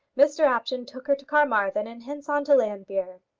mr apjohn took her to carmarthen, and hence on to llanfeare.